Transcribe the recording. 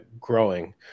growing